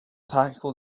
tackle